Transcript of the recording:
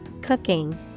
cooking